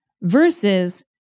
versus